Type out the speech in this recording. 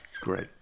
Great